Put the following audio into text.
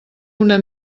una